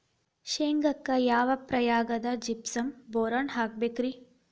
ಶೇಂಗಾಕ್ಕ ಯಾವ ಪ್ರಾಯದಾಗ ಜಿಪ್ಸಂ ಬೋರಾನ್ ಹಾಕಬೇಕ ರಿ?